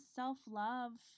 self-love